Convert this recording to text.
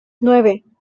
nueve